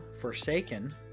forsaken